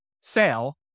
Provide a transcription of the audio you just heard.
sale